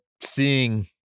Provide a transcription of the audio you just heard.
seeing